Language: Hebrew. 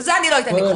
לזה אני לא אתן לקרות.